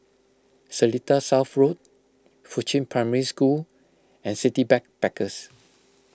Seletar South Road Fuchun Primary School and City Backpackers